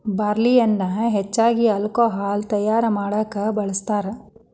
ಬಾರ್ಲಿಯನ್ನಾ ಹೆಚ್ಚಾಗಿ ಹಾಲ್ಕೊಹಾಲ್ ತಯಾರಾ ಮಾಡಾಕ ಬಳ್ಸತಾರ